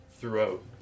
throughout